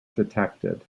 detected